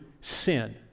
sin